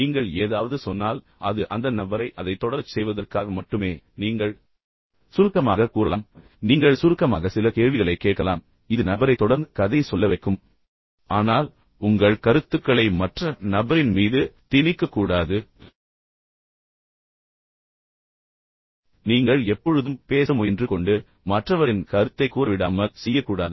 நீங்கள் ஏதாவது சொன்னால் அது அந்த நபரை அதைத் தொடரச் செய்வதற்காக மட்டுமே நீங்கள் சுருக்கமாக கூறலாம் நீங்கள் சுருக்கமாக சில கேள்விகளைக் கேட்கலாம் இது நபரை தொடர்ந்து கதையை சொல்ல வைக்கும் ஆனால் உங்கள் கருத்துக்களை மற்ற நபரின் மீது திணிக்கக்கூடாது நீங்கள் எப்பொழுதும் பேச முயன்று கொண்டு மற்றவரின் கருத்தைக் கூறவிடாமல் செய்யக்கூடாது